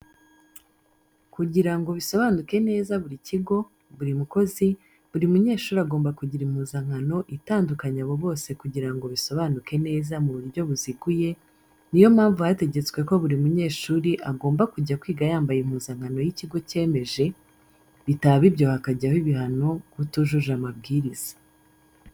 Kugira ngo bisobanuke neza buri kigo, buri mukozi, buri munyeshuri agomba kugira impuzankano itadukanya abo bose kugira ngo bisobanuke neza mu buryo buziguye, ni yo mpamvu hategetswe ko buri munyeshuri agomba kujya kwiga yambaye impuzankano y'ikigo cyemeje, bitaba ibyo hakajyaho ibihano k'utujuje amabwiriza.